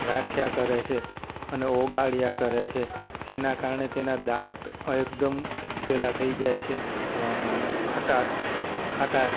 રાખ્યા કરે છે અને ઓગાળ્યા કરે છે જેના કારણે તેના દાંત એકદમ પેલા થઇ જાય છે ખટાશ ખાટા